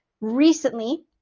recently